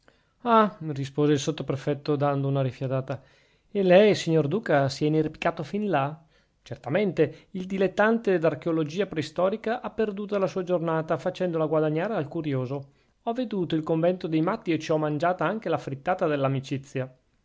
ah rispose il sottoprefetto dando una rifiatata e lei signor duca si è inerpicato fin là certamente il dilettante d'archeologia preistorica ha perduta la sua giornata facendola guadagnare al curioso ho veduto il convento dei matti e ci ho mangiata anche la frittata dell'amicizia